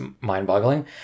mind-boggling